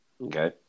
Okay